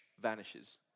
vanishes